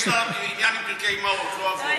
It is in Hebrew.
יש לה עניין עם פרקי אימהות, לא אבות.